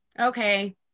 okay